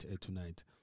tonight